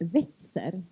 växer